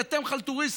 כי אתם חלטוריסטים.